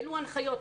אילו הנחיות?